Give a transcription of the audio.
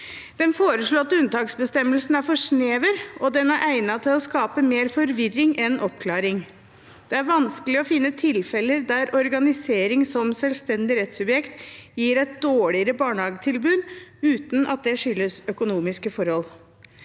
Den foreslåtte unntaksbestemmelsen er for snever, og den er egnet til å skape mer forvirring enn oppklaring. Det er vanskelig å finne tilfeller der organisering som selvstendig rettssubjekt gir et dårligere barnehagetilbud uten at det skyldes økonomiske forhold.